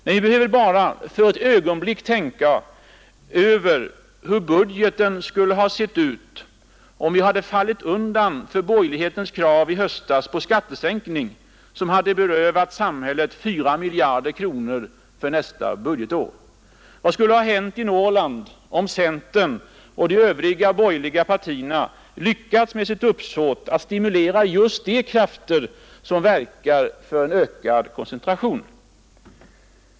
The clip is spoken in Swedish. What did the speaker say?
Men vi behöver bara för ett ögonblick tänka över hur budgeten skulle ha sett ut om vi hade fallit undan för borgerlighetens skattesänkningskrav i höstas, som skulle ha berövat samhället 4 miljarder kronor för nästa budgetår. Vad skulle ha hänt i Norrland om centern och de övriga borgerliga partierna hade lyckats med sitt uppsåt att stimulera just de krafter som verkar för ökad koncentration?